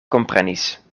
komprenis